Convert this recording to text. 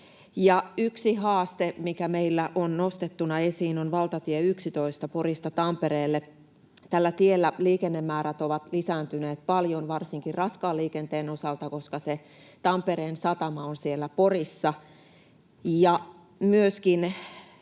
yksi haaste, mikä meillä on nostettuna esiin, on valtatie 11 Porista Tampereelle. Tällä tiellä liikennemäärät ovat lisääntyneet paljon varsinkin raskaan liikenteen osalta, koska se Tampereen satama on siellä Porissa.